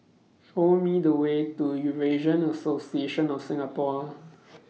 Show Me The Way to Eurasian Association of Singapore